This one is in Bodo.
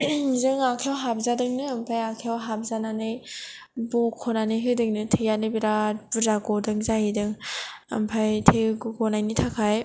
जों आखायाव हाबजादोंनो ओमफ्राय आखायाव हाबजानानै बखनानै होदोंनो थैयानो बिराद बुरजा गदों जाहैदों ओमफ्राय थै गनायनि थाखाय